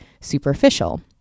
superficial